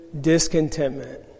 discontentment